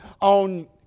on